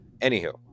anywho